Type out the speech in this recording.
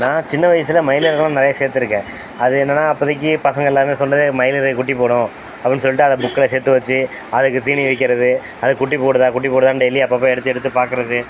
நான் சின்ன வயசில் மயிலிறகெலாம் நிறைய சேர்த்துருக்கேன் அது என்னென்னால் அப்போதிக்கி பசங்கள் எல்லாமே சொன்னது மயிலிறகு குட்டி போடும் அப்புடின்னு சொல்லிட்டு அத புக்கில் சேர்த்து வச்சு அதுக்கு தீனி வைக்கிறது அது குட்டி போடுதா குட்டி போடுதான்னு டெய்லி அப்பப்போ எடுத்து எடுத்து பார்க்கறது